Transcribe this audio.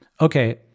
okay